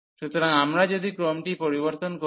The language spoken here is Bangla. সুতরাং আমরা যদি ক্রমটি পরিবর্তন করি